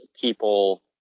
people